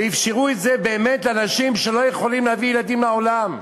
ואפשרו את זה באמת לאנשים שלא יכולים להביא ילדים לעולם.